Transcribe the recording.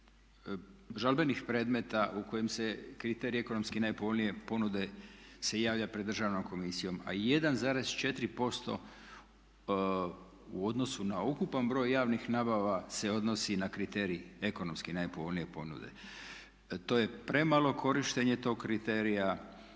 žalbenih predmeta u kojima se kriteriji ekonomski najpovoljnije ponude se javlja pred Državnom komisijom, a 1,4% u odnosu na ukupan broj javnih nabava se odnosi na kriterij ekonomski najpovoljnije ponude. To je premalo korištenje tog kriterija.